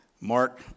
Mark